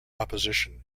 opposition